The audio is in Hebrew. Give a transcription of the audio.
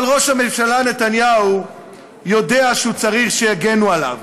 אבל ראש הממשלה נתניהו יודע שהוא צריך שיגנו עליו,